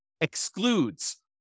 excludes